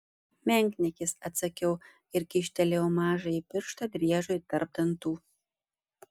menkniekis atsakiau ir kyštelėjau mažąjį pirštą driežui tarp dantų